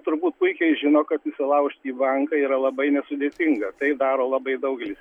turbūt puikiai žino kad įsilaužt į banką yra labai nesudėtinga tai daro labai daugelis